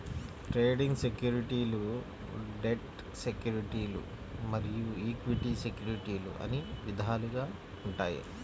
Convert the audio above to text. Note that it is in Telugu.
ట్రేడింగ్ సెక్యూరిటీలు డెట్ సెక్యూరిటీలు మరియు ఈక్విటీ సెక్యూరిటీలు అని విధాలుగా ఉంటాయి